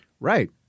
Right